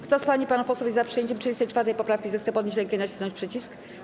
Kto z pań i panów posłów jest za przyjęciem 34. poprawki, zechce podnieść rękę i nacisnąć przycisk.